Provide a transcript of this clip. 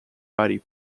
body